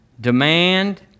demand